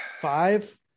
Five